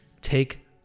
take